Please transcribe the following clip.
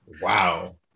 Wow